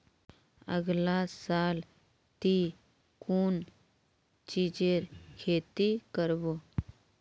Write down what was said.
अगला साल ती कुन चीजेर खेती कर्बो